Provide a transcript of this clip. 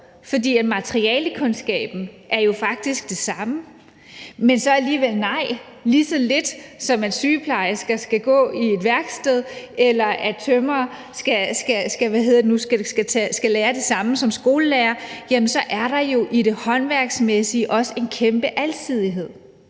fordi materialekundskaben jo faktisk er den samme, men så alligevel nej, for lige så lidt som at sygeplejersker skal gå i et værksted, eller at tømrere skal lære det samme som skolelærere, så er der jo i det håndværksmæssige også en kæmpe alsidighed.